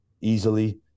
easily